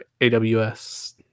AWS